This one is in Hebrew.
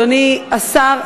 אדוני השר,